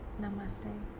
Namaste